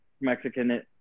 mexican